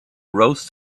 roast